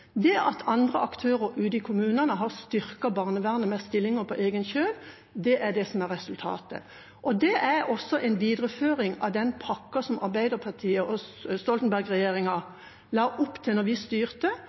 Det at andre aktører ute i kommunene har styrket barnevernet med stillinger på egen kjøl, er resultatet. Det er også en videreføring av pakken som Arbeiderpartiet og Stoltenberg-regjeringa la opp til da vi styrte,